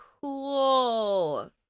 cool